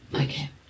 Okay